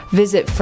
visit